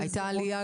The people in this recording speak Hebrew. הייתה עלייה.